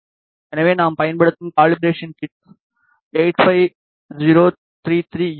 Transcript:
எனவே நாம் பயன்படுத்தும் கலிபராசன் கிட் 85033E ஆகும்